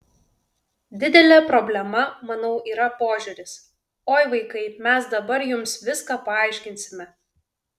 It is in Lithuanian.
didelė problema manau yra požiūris oi vaikai mes dabar jums viską paaiškinsime